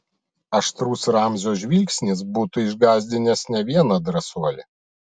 aštrus ramzio žvilgsnis būtų išgąsdinęs ne vieną drąsuolį